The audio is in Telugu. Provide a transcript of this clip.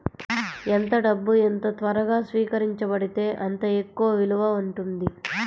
ఎంత డబ్బు ఎంత త్వరగా స్వీకరించబడితే అంత ఎక్కువ విలువ ఉంటుంది